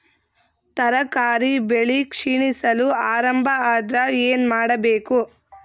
ತರಕಾರಿ ಬೆಳಿ ಕ್ಷೀಣಿಸಲು ಆರಂಭ ಆದ್ರ ಏನ ಮಾಡಬೇಕು?